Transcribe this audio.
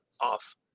off